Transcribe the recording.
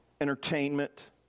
entertainment